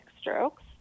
strokes